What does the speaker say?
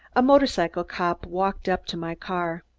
a motorcycle cop walked up to my car.